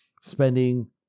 spending